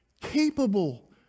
capable